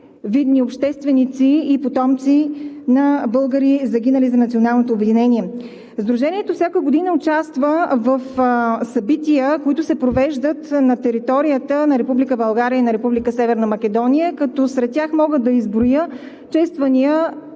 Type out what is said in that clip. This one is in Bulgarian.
видни общественици и потомци на българи, загинали за националното обединение. Сдружението всяка година участва в събития, които се провеждат на територията на Република България и на Република Северна Македония, като сред тях мога да изброя чествания